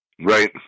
Right